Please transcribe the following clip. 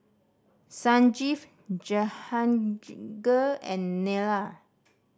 Sanjeev Jehangirr and Neila